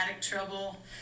trouble